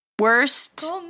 worst